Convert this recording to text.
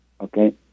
Okay